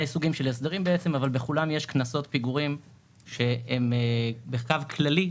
אבל בכולם יש קנסות פיגורים שהם בקו כללי,